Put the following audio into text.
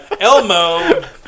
Elmo